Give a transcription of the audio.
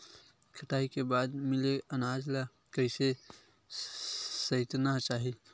कटाई के बाद मिले अनाज ला कइसे संइतना चाही?